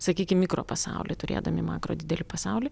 sakykim mikropasaulį turėdami makro didelį pasaulį